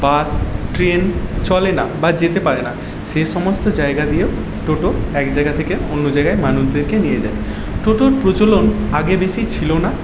বাস train চলে না বা যেতে পারে না সেই সমস্ত জায়গা দিয়েও টোটো এক জায়গা থেকে অন্য জায়গায় মানুষদেরকে নিয়ে যায় টোটোর প্রচলন আগে বেশি ছিল না